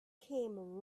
came